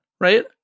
right